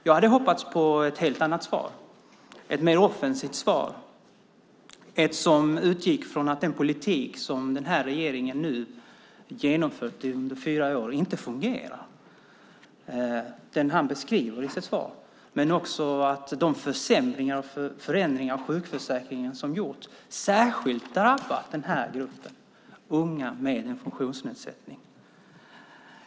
Jag hade hoppats på ett helt annat svar, ett mer offensivt svar, ett som utgick från att den politik som den här regeringen nu genomfört under fyra år inte fungerar, den han beskriver i sitt svar. De förändringar av sjukförsäkringen som har gjorts har särskilt drabbat den här gruppen, unga med funktionsnedsättning.